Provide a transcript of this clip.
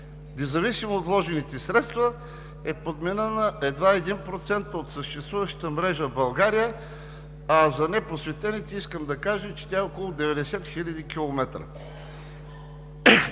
независимо от вложените средства, е подменена едва 1% от съществуващата мрежа в България, а за непросветените искам да кажа, че тя е около 90 хиляди